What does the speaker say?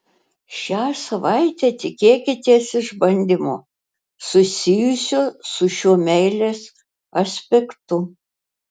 šią savaitę tikėkitės išbandymo susijusio su šiuo meilės aspektu